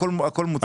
הכול מנוצל.